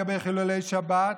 לגבי חילולי שבת,